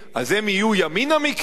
הן יהיו ימינה מכם?